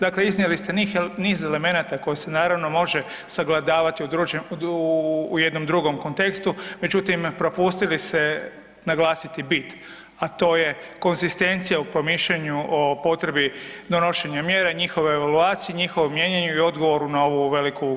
Dakle, iznijeli ste niz elemenata koje se naravno može sagledavati u jednom drugom kontekstu međutim propustili ste naglasiti bit, a to je konzistencija u promišljanju o potrebi donošenja mjera, njihove evaluacije, njihovom mijenjanju i odgovoru na ovu veliku ugrozu.